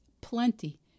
plenty